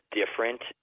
different